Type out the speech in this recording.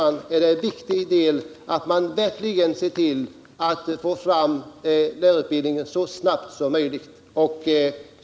Det är därför viktigt att man verkligen ser till att vi får fram denna lärarutbildning så snabbt som möjligt.